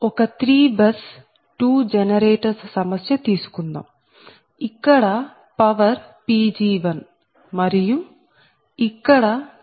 ఒక 3 bus 2 generators సమస్య తీసుకుందాం ఇక్కడ పవర్ Pg1 మరియు ఇక్కడ పవర్ Pg2